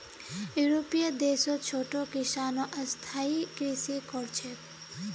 यूरोपीय देशत छोटो किसानो स्थायी कृषि कर छेक